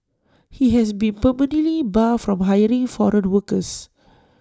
he has been permanently barred from hiring foreign workers